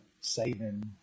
saving